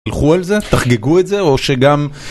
תלכו על זה תחגגו את זה או שגם.